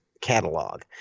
catalog